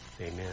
Amen